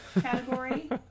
category